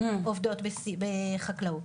העובדות בתחום החקלאות.